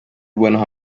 buenos